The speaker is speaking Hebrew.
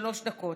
שלוש דקות.